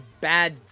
bad